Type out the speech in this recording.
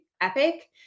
epic